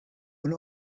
und